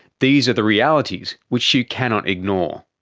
these are the realities which you cannot ignore.